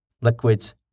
liquids